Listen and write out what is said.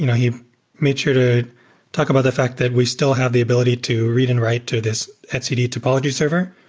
you know he made sure to talk about the fact that we still have the ability to read and write to this etcd topology server,